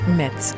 met